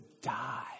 die